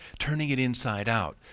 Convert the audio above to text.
turning it inside out,